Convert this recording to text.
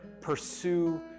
pursue